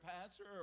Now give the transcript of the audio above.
pastor